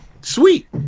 sweet